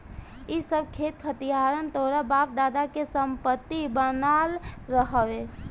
इ सब खेत खरिहान तोहरा बाप दादा के संपत्ति बनाल हवे